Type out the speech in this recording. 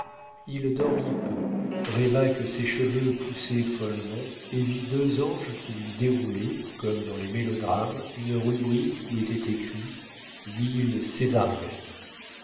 il dormit peu rêva que ses cheveux poussaient follement et vit deux anges qui lui déroulaient comme dans les mélodrames une rubrique où était écrit huile